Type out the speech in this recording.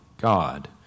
God